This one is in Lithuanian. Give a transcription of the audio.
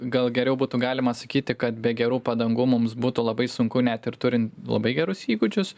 gal geriau būtų galima sakyti kad be gerų padangų mums būtų labai sunku net ir turint labai gerus įgūdžius